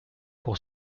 pour